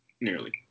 nearly